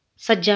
ਸੱਜਾ